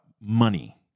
money